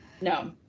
No